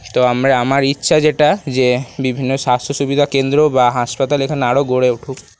তো আমরা আমার ইচ্ছা যেটা যে বিভিন্ন স্বাস্থ্য সুবিধাকেন্দ্র বা হাসপাতাল এখানে আরও গড়ে উঠুক